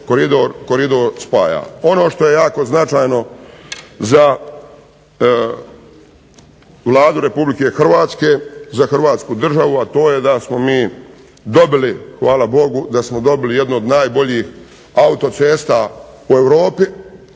koridor spaja. Ono što je jako značajno za Vladu RH, za Hrvatsku državu, a to je da smo mi dobili, hvala Bogu da smo dobili jednu od najboljih autocesta u Europi,